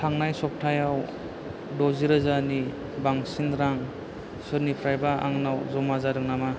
थांनाय सप्तायाव द'जि रोजानि बांसिन रां सोरनिफ्रायबा आंनाव जमा जादों नामा